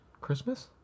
Christmas